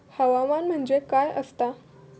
हवामान म्हणजे काय असता?